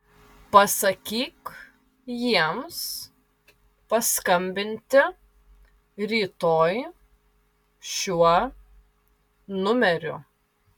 pasakyk jiems paskambinti rytoj šiuo numeriu